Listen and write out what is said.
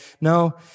No